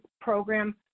program